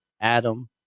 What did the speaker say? Adam